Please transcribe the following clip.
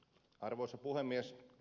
arvoisa puhemies